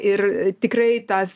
ir tikrai tas